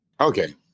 okay